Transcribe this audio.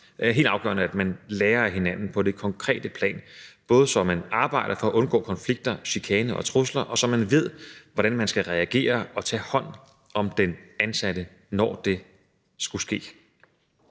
helt afgørende, at man lærer af hinanden på det konkrete plan, både så man arbejder for at undgå konflikter, chikane og trusler, og så man ved, hvordan man skal reagere og tage hånd om den ansatte, hvis det skulle ske.